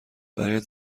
برایت